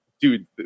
Dude